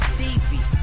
Stevie